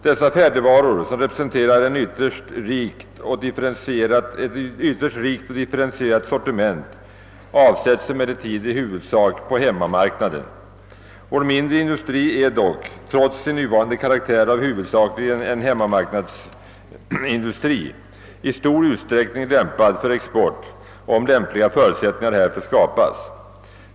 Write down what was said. Dessa färdigvaror, som representerar ett ytterst rikt och differentierat sortiment, avsätts emellertid i huvudsak på hemmamarknaden. Vår mindre industri är dock, trots sin nuvarande karaktär av huvudsakligen en hemmamarknadsindustri, i stor utsträckning lämpad för export om lämpliga förutsättningar härför skapas.